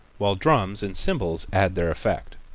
while drums and cymbals add their effect.